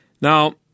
Now